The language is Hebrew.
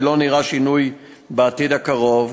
ולא נראה שינוי בעתיד הקרוב,